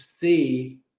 see